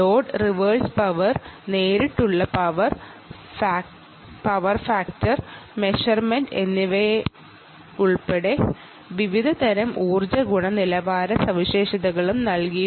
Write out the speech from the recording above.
load reverse power direct power factor measurement എന്നിവയുൾപ്പെടെ വിവിധതരം ഊർജ്ജ ഗുണനിലവാര സവിശേഷതകളും നൽകുന്നുണ്ട്